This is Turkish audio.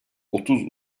otuz